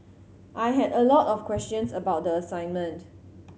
I had a lot of questions about the assignment